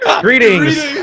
Greetings